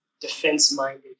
defense-minded